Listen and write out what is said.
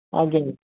ଆଜ୍ଞା